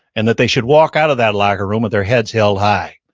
and that they should walk out of that locker room with their heads held high.